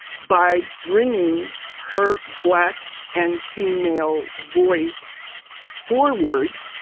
by bringing her black and female voice four-word.